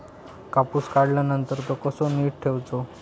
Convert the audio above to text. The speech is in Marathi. कापूस काढल्यानंतर तो कसो नीट ठेवूचो?